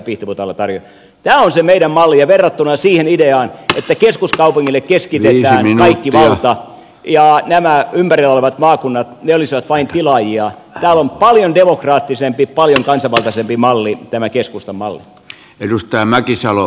tämä on se meidän mallimme ja verrattuna siihen ideaan että keskuskaupungille keskitetään kaikki valta ja nämä ympärillä olevat maakunnat olisivat vain tilaajia tämä on paljon demokraattisempi paljon kansanvaltaisempi malli tämä keskustan malli